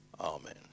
Amen